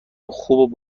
خوب